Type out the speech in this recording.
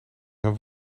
zijn